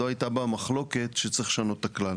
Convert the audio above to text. לא הייתה בה מחלוקת שצריך לשנות את הכלל.